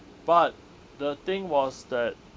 but the thing was that